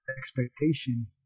expectation